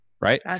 Right